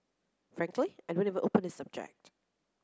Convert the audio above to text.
frankly I don't even open the subject